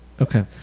Okay